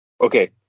Okay